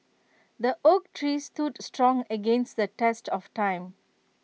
the oak tree stood strong against the test of time